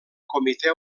comitè